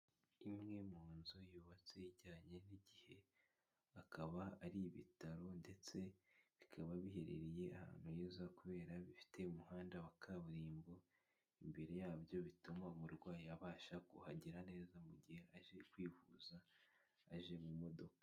Imwe mu nzu yubatse ijyanye n'igihe akaba ari ibitaro ndetse bikaba biherereye ahantu heza kubera bifite umuhanda wa kaburimbo imbere yabyo bituma umurwayi abasha kuhagera neza mu gihe aje kwivuza aje mu modoka.